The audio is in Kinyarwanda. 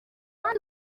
kandi